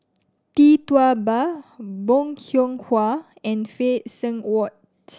Tee Tua Ba Bong Hiong Hwa and Phay Seng Whatt